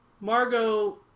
Margot